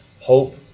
hope